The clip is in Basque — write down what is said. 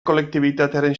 kolektibitatearen